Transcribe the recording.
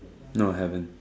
no haven't